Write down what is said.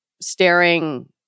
staring